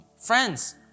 Friends